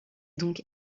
donc